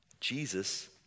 Jesus